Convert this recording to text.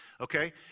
Okay